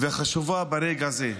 וחשובה ברגע הזה.